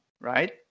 right